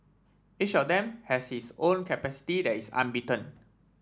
each of them has his own capacity that is unbeaten